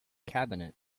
cabinet